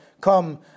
Come